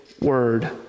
Word